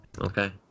Okay